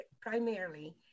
primarily